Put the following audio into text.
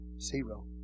Zero